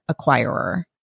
acquirer